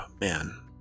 man